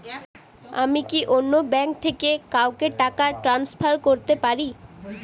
আমি কি অন্য ব্যাঙ্ক থেকে কাউকে টাকা ট্রান্সফার করতে পারি?